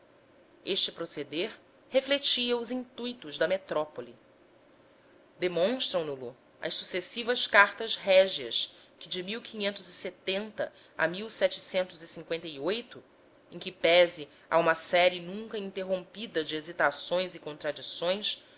este proceder refletia os intuitos da metrópole demonstram no lo as sucessivas cartas régias que de a em que pese a uma série nunca interrompida de hesitações e contradições